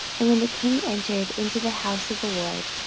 and when the king entered into the house of the lord,